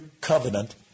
covenant